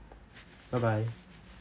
bye bye